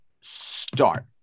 start